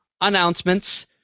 announcements